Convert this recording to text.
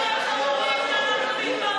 למה אתם אומרים שאנחנו מתפרקים?